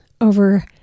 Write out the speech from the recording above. over